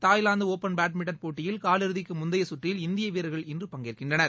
Thailand open badminton போட்டியில் காலிறுதிக்கு முந்தைய சுற்றில் இந்திய வீரர்கள் இன்று பங்கேற்கின்றனர்